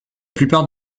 plupart